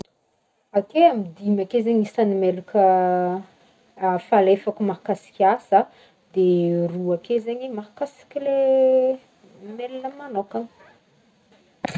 Ake amy dimy ake zegny isagn'ny mailaka falefako mahakasiky asa, de roa ake zegny mahakasiky le mail manôkagna.